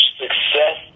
success